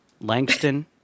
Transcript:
Langston